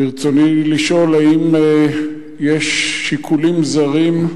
ברצוני לשאול: האם יש שיקולים זרים,